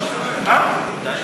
מיקי.